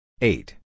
eight